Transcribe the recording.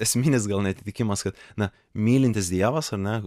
esminis gal neatitikimas kad na mylintis dievas ar ne